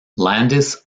landis